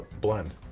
Blend